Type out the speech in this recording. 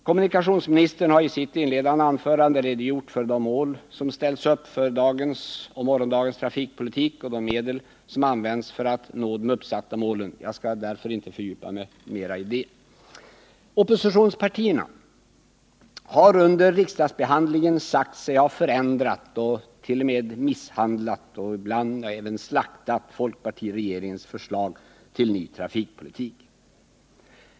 Kommunikationsministern har i sitt inledande anförande redogjort för de mål som ställs upp för dagens och morgondagens trafikpolitik och för de medel som bör användas för att nå de uppsatta målen. Jag skall därför inte fördjupa mig mera i det. Oppositionspartierna har under riksdagsbehandlingen sagt sig ha förändrat, misshandlat och ibland även slaktat folkpartiregeringens förslag till ny trafikpolitik.